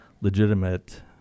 legitimate